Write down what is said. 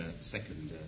second